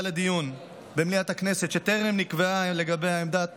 לדיון במליאת הכנסת שטרם נקבע לגביה עמדת